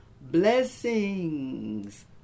blessings